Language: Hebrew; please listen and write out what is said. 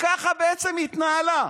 ככה בעצם היא התנהלה.